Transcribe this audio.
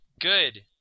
Good